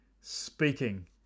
speaking